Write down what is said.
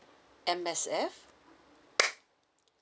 M_S_F